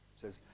says